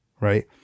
right